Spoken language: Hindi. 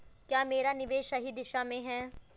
क्या मेरा निवेश सही दिशा में है?